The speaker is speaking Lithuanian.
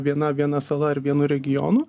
viena viena sala ar vienu regionu